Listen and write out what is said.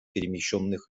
перемещенных